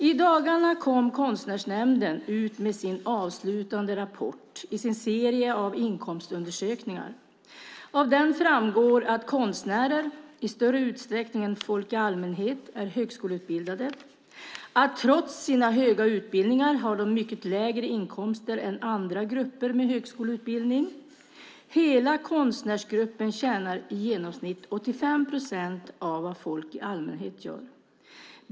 I dagarna kom Konstnärsnämnden ut med sin avslutande rapport i sin serie av inkomstundersökningar. Av den framgår att konstnärer i större utsträckning än folk i allmänhet är högskoleutbildade och att de trots sina höga utbildningar har mycket lägre inkomster än andra grupper med högskoleutbildning. Hela konstnärsgruppen tjänar i genomsnitt 85 procent av vad folk i allmänhet tjänar.